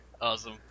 awesome